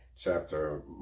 chapter